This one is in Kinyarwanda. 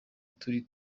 kuri